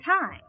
time